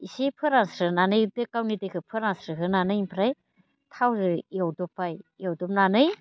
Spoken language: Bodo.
इसे फोरानस्रानानै बे गावनि दैखौ फोरानस्रो होनानै ओमफ्राय थावजों एवद'बाय एवजोबनानै